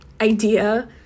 idea